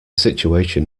situation